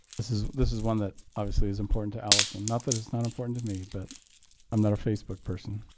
this is this is one that obviously is important to allison. not that it's not important to me, but i'm not a facebook person.